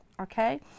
Okay